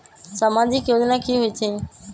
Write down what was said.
समाजिक योजना की होई छई?